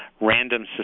random